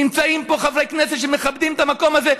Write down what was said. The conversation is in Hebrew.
נמצאים פה חברי כנסת שמכבדים את המקום הזה.